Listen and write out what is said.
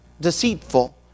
deceitful